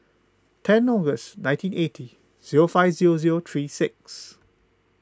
ten August nineteen eighty zero five zero zero three six